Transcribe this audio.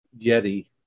yeti